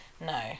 No